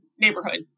neighborhood